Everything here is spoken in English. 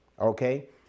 Okay